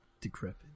decrepit